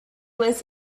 was